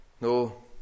No